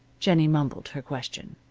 jennie mumbled her question.